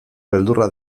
beldurra